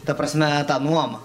ta prasme nuomą